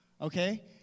Okay